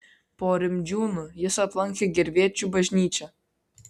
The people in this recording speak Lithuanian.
po rimdžiūnų jis aplankė gervėčių bažnyčią